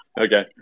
Okay